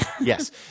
Yes